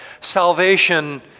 salvation